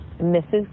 Mrs